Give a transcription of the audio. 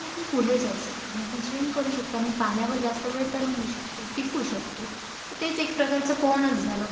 आणि आपण पुढे जायचं त्याने आपण स्विम करू शकतो आणि पाण्यावर जास्त वेळ तरंगू शकतो टिकू शकतो तेच एक प्रकारचं पोहोणंच झालं